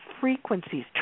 frequencies